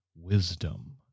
wisdom